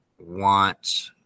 want